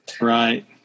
Right